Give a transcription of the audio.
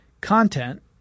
content